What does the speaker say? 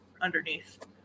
underneath